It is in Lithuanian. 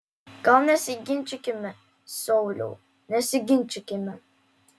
gal nesiginčykime sauliau nesiginčykime